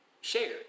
shared